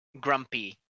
grumpy